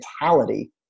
mentality